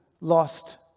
lost